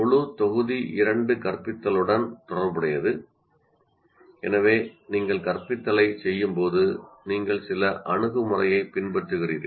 முழு தொகுதி 2 கற்பித்தல்லுடன் தொடர்புடையது எனவே நீங்கள் கற்பித்தல் லைச் செய்யும்போது நீங்கள் சில அணுகுமுறையைப் பின்பற்றுகிறீர்கள்